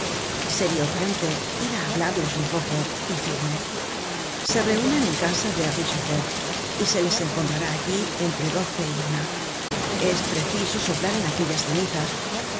seria urgente ir á hablarles un poco y firme se reunen en casa de richefeu y se les encontrará allí entre doce y una es preciso soplar en aquellas cenizas